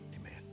Amen